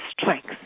strength